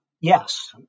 yes